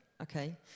Okay